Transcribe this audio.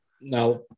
Now